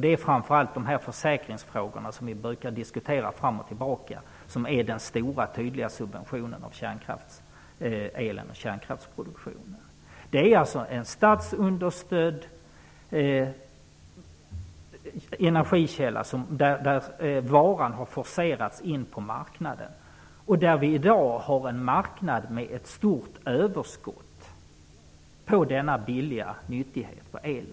Det är framför allt när vi diskuterar försäkringsfrågorna som den stora tydliga subventionen av kärnkraftselen och kärnkraftsproduktionen framträder. Det är en statsunderstödd energikälla, och varan har forcerats in på marknaden. I dag har vi dessutom en marknad med ett stort överskott av denna billiga nyttighet, nämligen